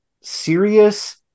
serious